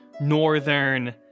Northern